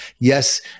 Yes